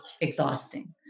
exhausting